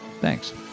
Thanks